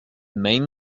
main